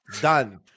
done